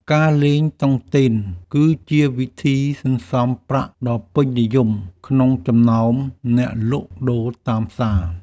ការលេងតុងទីនគឺជាវិធីសន្សំប្រាក់ដ៏ពេញនិយមក្នុងចំណោមអ្នកលក់ដូរតាមផ្សារ។